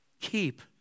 keep